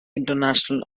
international